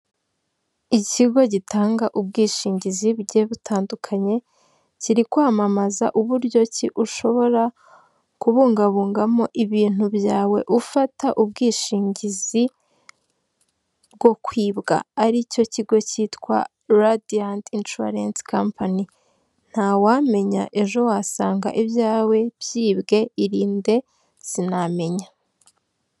Ikigo gitanga ubwishingizi bugiye butandukanye, kiri kwamamaza uburyo ki ushobora kubungabungamo ibintu byawe ufata ubwishingizi bwo kwibwa, aricyo kigo cyitwa Radiant insurance company, ntawamenya ejo wasanga ibyawe byibwe, irinde sinamenya.